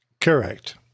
Correct